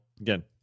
Again